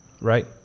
Right